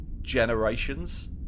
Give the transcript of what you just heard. generations